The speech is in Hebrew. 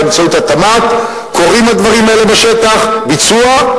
באמצעות התמ"ת הדברים האלה קורים בשטח: ביצוע,